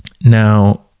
now